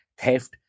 theft